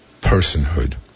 personhood